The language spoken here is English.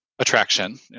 attraction